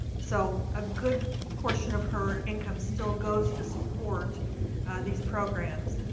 so a good portion of her income still goes to support these programs.